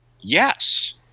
yes